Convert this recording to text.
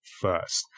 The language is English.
first